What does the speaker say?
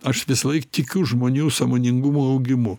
aš visąlaik tikiu žmonių sąmoningumo augimu